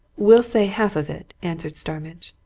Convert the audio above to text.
we'll say half of it, answered starmidge.